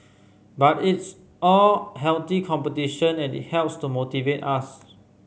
but it's all healthy competition and it helps to motivate us